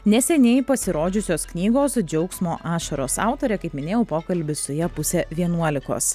neseniai pasirodžiusios knygos džiaugsmo ašaros autorė kaip minėjau pokalbis su ja pusė vienuolikos